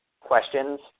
questions